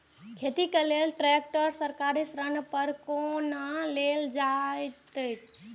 खेती के लेल ट्रेक्टर सरकारी ऋण पर कोना लेल जायत छल?